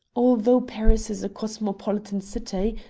although paris is a cosmopolitan city,